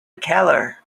keller